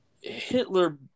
Hitler